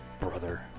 Brother